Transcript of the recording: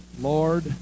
Lord